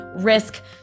risk